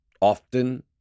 often